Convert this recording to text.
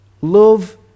Love